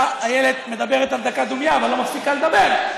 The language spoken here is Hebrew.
איילת מדברת על דקה דומייה אבל לא מפסיקה לדבר,